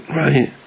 right